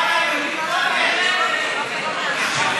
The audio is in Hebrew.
לא הייתה יהודית קודם?